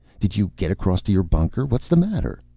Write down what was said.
did you get across to your bunker? what's the matter?